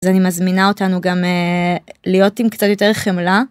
אז אני מזמינה אותנו גם להיות עם קצת יותר חמלה.